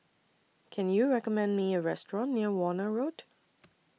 Can YOU recommend Me A Restaurant near Warna Road